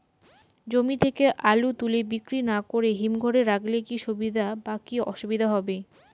জমি থেকে আলু তুলে বিক্রি না করে হিমঘরে রাখলে কী সুবিধা বা কী অসুবিধা হবে?